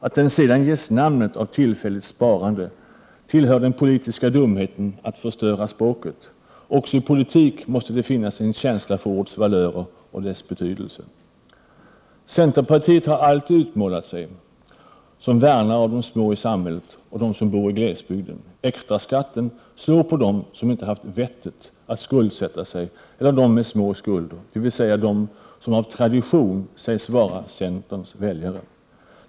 Att den sedan ges namnet av tillfälligt sparande tillhör den politiska dumheten att förstöra språket. Också i politik måste det finnas en känsla för ords valörer och deras betydelse. Centerpartiet har alltid utmålat sig som värnare av de små i samhället och av dem som bor i glesbygden. Extraskatten slår på dem som inte har haft ”vettet” att skuldsätta sig eller dem med små skulder, dvs. dem som av tradition sägs vara centerns väljare.